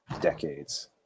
decades